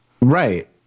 right